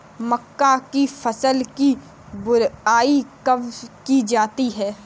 मक्के की फसल की बुआई कब की जाती है?